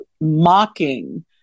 mocking